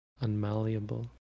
unmalleable